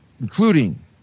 including